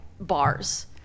bars